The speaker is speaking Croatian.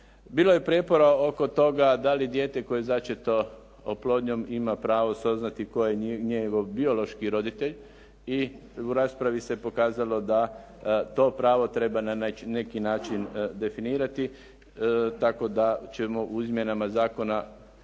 Bilo je prijepora oko toga da li dijete koje je začeto oplodnjom ima pravo saznati koji je njegov biološki roditelj i u raspravi se pokazalo da to pravo treba na neki način definirati tako da ćemo u izmjenama zakona